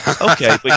okay